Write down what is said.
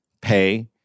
pay